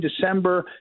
December